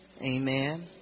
Amen